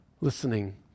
listening